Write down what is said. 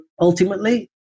ultimately